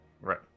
right